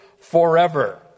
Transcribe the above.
forever